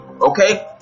okay